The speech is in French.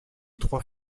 trois